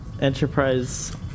Enterprise